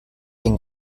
den